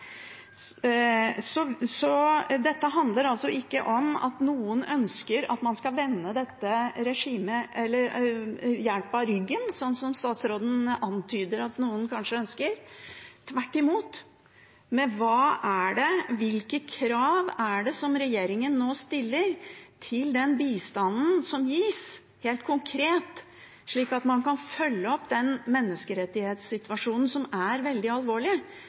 Dette handler altså ikke om at noen ønsker at man skal vende dette regimet, eller denne hjelpen, ryggen, sånn som statsråden antyder at noen kanskje ønsker – tvert imot. Hvilke krav er det regjeringen nå stiller til den bistanden som gis – helt konkret – slik at man kan følge opp den menneskerettighetssituasjonen som er veldig alvorlig,